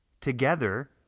together